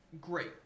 great